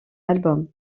album